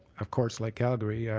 of course, like calgary, yeah